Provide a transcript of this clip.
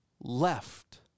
left